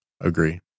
Agree